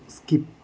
skip